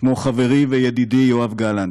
כמו חברי וידידי יואב גלנט.